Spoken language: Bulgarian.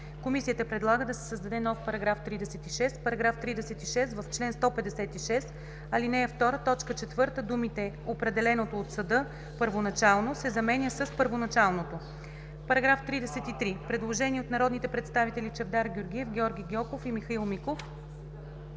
Комисията предлага да се създаде нов § 36: „§ 36. В чл. 156, ал. 2, т. 4 думите „определеното от съда първоначално“ се заменя с „първоначалното“.“ По § 33 има предложение от народните представители Чавдар Георгиев, Георги Гьоков и Михаил Миков.